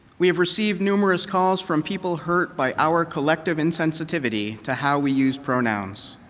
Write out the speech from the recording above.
we have received numerous calls from people hurt by our collective insensitivity to how we use pronouns.